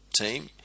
team